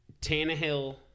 Tannehill